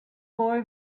boy